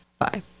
Five